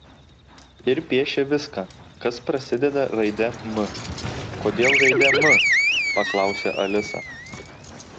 ir piešė viską kas prasideda raide m kodėl raide m paklausė alisa